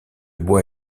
bois